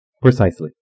Precisely